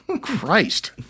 Christ